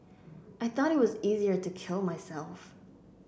I thought it was easier to kill myself